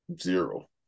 zero